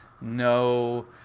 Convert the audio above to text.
no